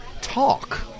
talk